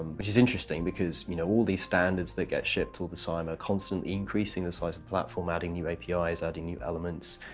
which is interesting, because you know all these standards that get shipped all the time are constantly increasing the size of platform, adding new apis, adding new elements,